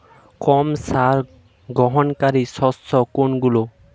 কম সার গ্রহণকারী শস্য কোনগুলি?